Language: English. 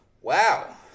wow